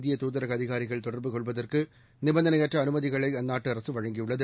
இந்தியதாதரகஅதிகாரிகள் தொடர்பு கொள்வதற்குநிபந்தனையற்றஅனுமதிகளைஅந்நாட்டுஅரசுவழங்கியுள்ளது